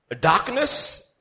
darkness